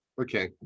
Okay